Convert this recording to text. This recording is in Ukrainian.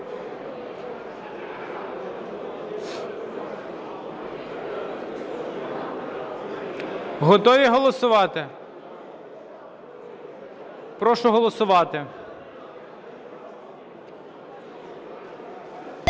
Готові голосувати? Прошу голосувати.